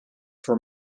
for